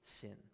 sin